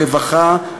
הרווחה,